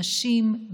נשים,